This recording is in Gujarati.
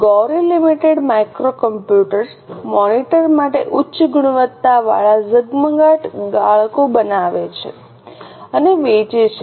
ગૌરી લિમિટેડ માઇક્રોકમ્પ્યુટર મોનિટર માટે ઉચ્ચ ગુણવત્તાવાળા ઝગઝગાટ ગાળકો બનાવે છે અને વેચે છે